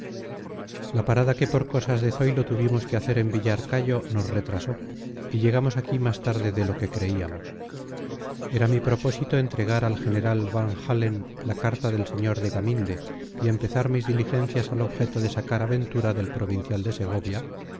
la parada que por cosas de zoilo tuvimos que hacer en villarcayo nos retrasó y llegamos aquí más tarde de lo que creíamos era mi propósito entregar al general van-halen la carta del sr de gaminde y empezar mis diligencias al objeto de sacar a ventura del provincial de segovia